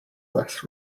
less